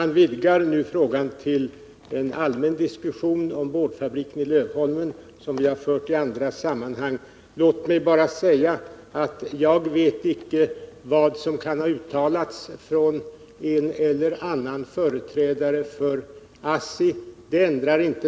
Nu vidgar han frågan till en allmän diskussion om boardfabriken i Lövholmen som vi har diskuterat i andra sammanhang. Låt mig bara säga att jag icke vet vad som kan ha uttalats av en eller annan företrädare för ASSI.